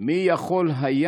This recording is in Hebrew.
מי יכול היה